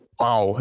wow